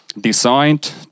designed